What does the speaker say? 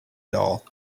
doll